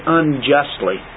unjustly